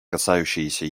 касающиеся